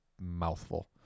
mouthful